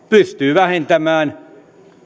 pystyy vähentämään